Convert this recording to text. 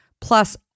Plus